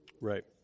Right